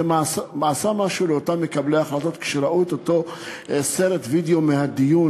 זה עשה משהו לאותם מקבלי החלטות כשהם ראו את אותו סרט וידיאו של הדיון,